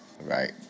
right